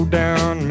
down